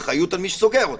האחריות היא על מי שסוגר אותם.